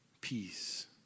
peace